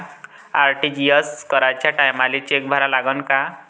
RTGS कराच्या टायमाले cheque भरा लागन का?